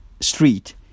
Street